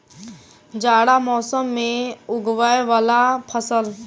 जाड़ा मौसम मे उगवय वला फसल?